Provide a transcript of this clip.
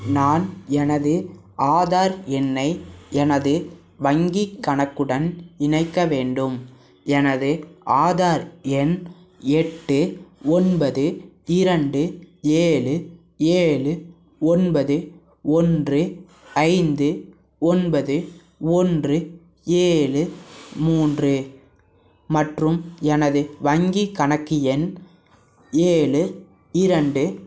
நான் எனது ஆதார் எண்ணை எனது வங்கிக் கணக்குடன் இணைக்க வேண்டும் எனது ஆதார் எண் எட்டு ஒன்பது இரண்டு ஏழு ஏழு ஒன்பது ஒன்று ஐந்து ஒன்பது ஒன்று ஏழு மூன்று மற்றும் எனது வங்கிக் கணக்கு எண் ஏழு இரண்டு